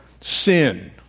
sin